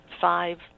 five